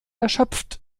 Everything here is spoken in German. erschöpft